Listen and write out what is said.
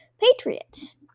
Patriots